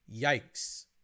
Yikes